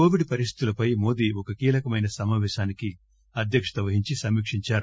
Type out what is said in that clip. Covid పరిస్ధితులపై మోదీ ఒక కీలకమైన సమావేశానికి అధ్యక్షత వహించి సమీక్షించారు